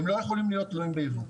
הם לא יכולים להיות תלויים בייבוא.